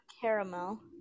caramel